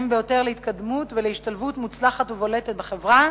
ביותר להתקדמות ולהשתלבות מוצלחת ובולטת בחברה